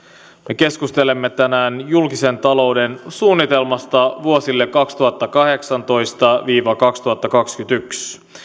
me keskustelemme tänään julkisen talouden suunnitelmasta vuosille kaksituhattakahdeksantoista viiva kaksituhattakaksikymmentäyksi